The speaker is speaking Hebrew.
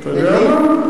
אתה יודע מה,